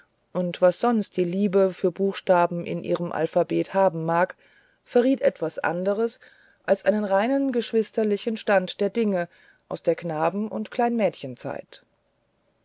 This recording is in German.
und was die liebe sonst für buchstaben in ihrem alphabet haben mag verriet etwas anderes als einen reinen geschwisterlichen stand der dinge aus der knaben und